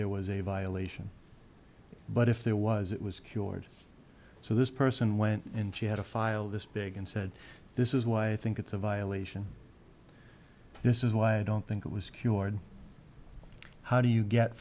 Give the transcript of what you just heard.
there was a violation but if there was it was cured so this person went in she had a file this big and said this is why i think it's a violation this is why i don't think it was cured how do you get